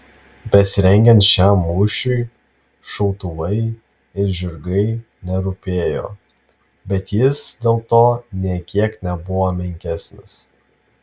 besirengiant šiam mūšiui šautuvai ir žirgai nerūpėjo bet jis dėl to nė kiek nebuvo menkesnis